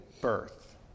birth